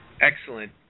Excellent